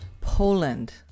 Poland